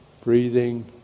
breathing